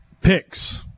picks